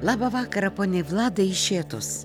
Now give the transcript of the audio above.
labą vakarą poniai vladai iš šėtos